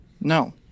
No